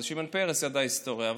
שמעון פרס ידע היסטוריה.